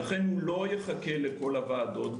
לכן הוא לא יחכה לכל הוועדות.